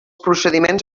procediments